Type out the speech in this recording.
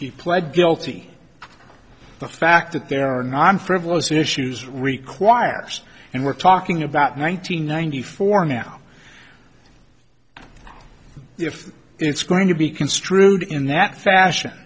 he pled guilty the fact that there are no i'm frivolous issues requires and we're talking about nine hundred ninety four now if it's going to be construed in that fashion